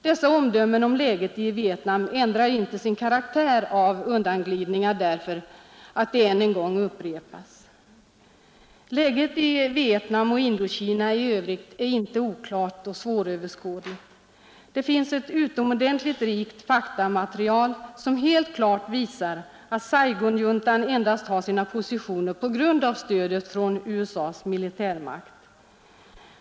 Dessa omdömen om läget i Vietnam ändrar inte sin karaktär av undanglidningar därför att de än en gång upprepas. Läget i Vietnam och Indokina i övrigt är inte ”oklart” och ”svåröverskådligt”. Det finns ett utomordentligt rikt faktamaterial, som helt klart visar att Saigonjuntan endast har sina positioner på grund av stödet från USA:s militärmakt.